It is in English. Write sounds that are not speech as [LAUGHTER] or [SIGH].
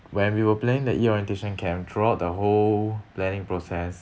when we were planning the E orientation camp throughout the whole planning process [BREATH]